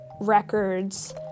records